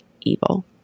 evil